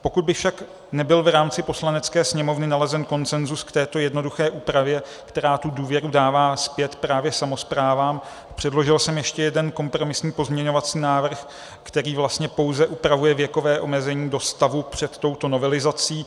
Pokud by však nebyl v rámci Poslanecké sněmovny nalezen konsenzus k této jednoduché úpravě, která tu důvěru dává zpět právě samosprávám, předložil jsem ještě jeden, kompromisní, pozměňovací návrh, který vlastně pouze upravuje věkové omezení do stavu před touto novelizací.